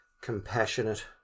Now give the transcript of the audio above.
compassionate